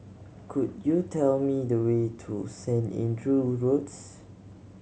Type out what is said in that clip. could you tell me the way to Saint Andrew Roads